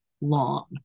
Long